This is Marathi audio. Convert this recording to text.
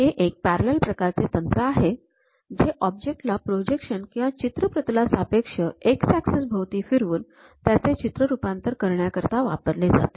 हे एक पॅरलल प्रकारचे तंत्र आहे जे ऑब्जेक्ट ला प्रोजेक्शन किंवा चित्र प्रतलासापेक्ष x ऍक्सिस भोवती फिरवून त्याचे चित्ररूपांतर करण्याकरिता वापरले जाते